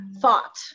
thought